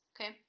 okay